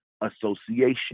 association